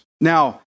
Now